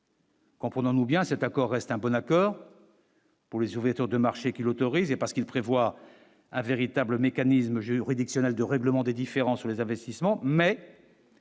Comprenons-nous bien, cet accord est un bon accord. Pour les ouvertures de marchés qui l'autorisait parce qu'il prévoit un véritable mécanisme juridictionnel de règlement des différends sur les investissements mais.